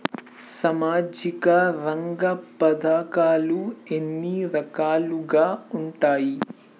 సామాజిక రంగ పథకాలు ఎన్ని రకాలుగా ఉంటాయి?